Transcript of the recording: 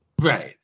Right